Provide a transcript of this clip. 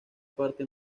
parte